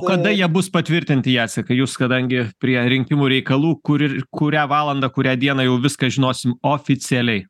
kada jie bus patvirtinti jacekai jūs kadangi prie rinkimų reikalų kur ir kurią valandą kurią dieną jau viską žinosim oficialiai